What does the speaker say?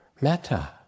Metta